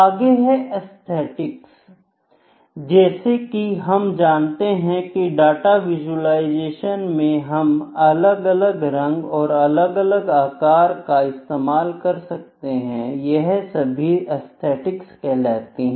आगे है एस्थेटिक्स जैसा कि हम जानते हैं डाटा विजुलाइजेशन मे हम अलग अलग रंग और अलग अलग आकार का इस्तेमाल कर सकते हैं यह सभी एसथेटिक्स कहलाती हैं